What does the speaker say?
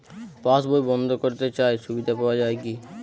পাশ বই বন্দ করতে চাই সুবিধা পাওয়া যায় কি?